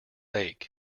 ache